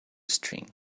string